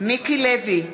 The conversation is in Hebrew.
מיקי לוי,